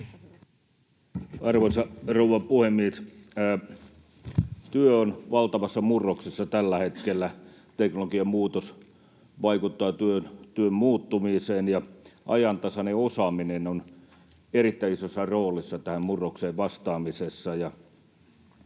Arvoisa rouva puhemies! Työ on valtavassa murroksessa tällä hetkellä, teknologian muutos vaikuttaa työn muuttumiseen. Ajantasainen osaaminen on erittäin isossa roolissa tähän murrokseen vastaamisessa,